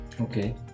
Okay